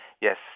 yes